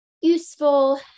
useful